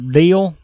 deal